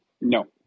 No